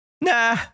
nah